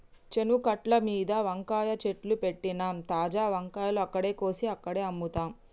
చేను గట్లమీద వంకాయ చెట్లు పెట్టినమ్, తాజా వంకాయలు అక్కడే కోసి అక్కడే అమ్ముతాం